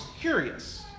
curious